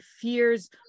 fears